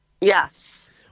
Yes